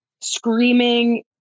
screaming